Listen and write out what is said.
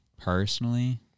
personally